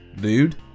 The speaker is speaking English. dude